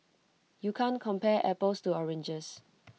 you can't compare apples to oranges